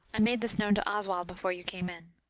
i made this known to oswald before you came in.